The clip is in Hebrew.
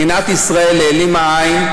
מדינת ישראל העלימה עין,